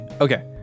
Okay